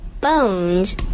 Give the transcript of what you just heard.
bones